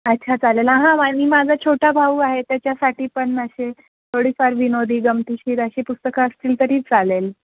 अच्छा चालेल हां हां आणि माझा छोटा भाऊ आहे त्याच्यासाठी पण असे थोडीफार विनोदी गमतीशीर अशी पुस्तकं असतील तरी चालेल